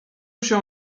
się